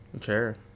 Sure